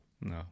No